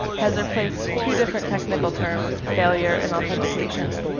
has replaced two different technical terms, failure and authentication.